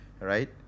right